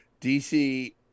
dc